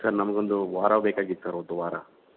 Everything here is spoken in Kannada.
ಸರ್ ನಮಗೊಂದು ವಾರ ಬೇಕಾಗಿತ್ತು ಸರ್ ಒಂದು ವಾರ